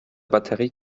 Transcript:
batterie